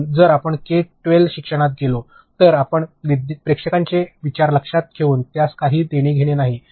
म्हणून जर आपण के 12 शिक्षणात गेलो तर आपल्या प्रेक्षकांचे विचार लक्षात ठेवून यास काही देणे घेणे नाही